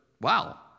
wow